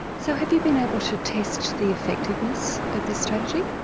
so have you been able to test the effectiveness of this strategy?